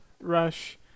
Rush